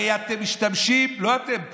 הרי אתם משתמשים, לא אתם פה,